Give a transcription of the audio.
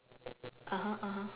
(uh huh) (uh huh)